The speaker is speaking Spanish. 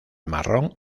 marrón